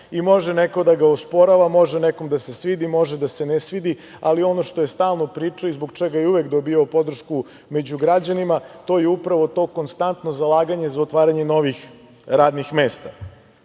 Može neko da ga osporava, može nekom da se svidi, može da se ne svidi, ali ono što je stalno pričao i zbog čega je uvek dobijao podršku među građanima to je upravo to konstantno zalaganje za otvaranje novih radnih mesta. On